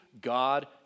God